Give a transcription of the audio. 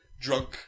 drunk